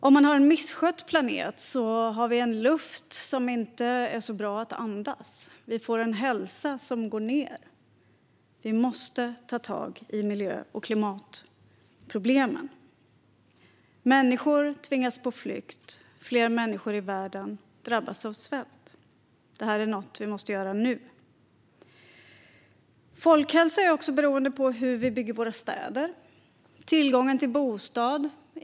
Om man har en misskött planet har vi en luft som inte är så bra att andas. Vi får en hälsa som går ned. Vi måste ta tag i miljö och klimatproblemen. Människor tvingas på flykt, och fler människor i världen drabbas av svält. Detta är något vi måste göra nu. Folkhälsa är också beroende av hur vi bygger våra städer. Det handlar om tillgången till bostad.